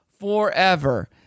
forever